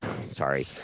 sorry